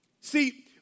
See